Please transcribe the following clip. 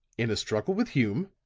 in a struggle with hume,